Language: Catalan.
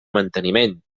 manteniment